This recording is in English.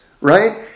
right